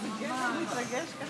תן להם קצת להתרגש.